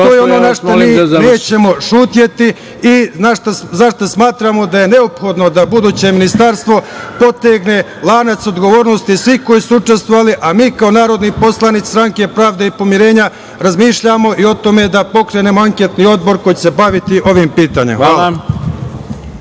to je ono zbog čega mi nećemo ćutati i zbog čega smatramo da je neophodno da buduće ministarstvo potegne lanac odgovornosti svih koji su učestvovali. Mi kao narodni poslanici Stranke pravde i pomirenja razmišljamo i o tome da pokrenemo anketni odbor koji će se baviti ovim pitanjem. Hvala.